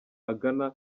agana